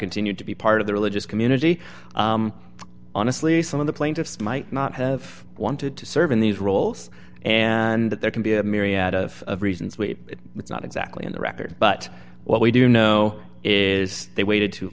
continued to be part of the religious community honestly some of the plaintiffs might not have wanted to serve in these roles and that there can be a myriad of reasons we it's not exactly on the record but what we do know is they waited too